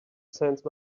sense